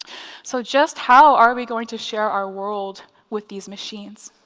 so just how are we going to share our world with these machines?